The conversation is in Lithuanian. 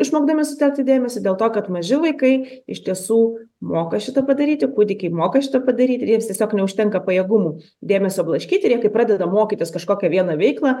išmokdami sutelkti dėmesį dėl to kad maži vaikai iš tiesų moka šitą padaryti kūdikiai moka šitą padaryti jiems tiesiog neužtenka pajėgumų dėmesio blaškyti ir jie kai pradeda mokytis kažkokią vieną veiklą